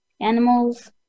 animals